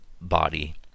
body